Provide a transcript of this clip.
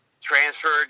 Transferred